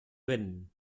vent